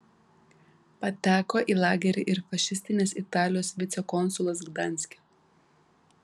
pateko į lagerį ir fašistinės italijos vicekonsulas gdanske